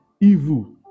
evil